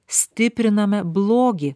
stipriname blogį